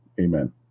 amen